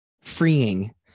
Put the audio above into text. freeing